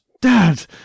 Dad